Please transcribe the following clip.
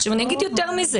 עכשיו אני אגיד יותר מזה.